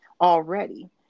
already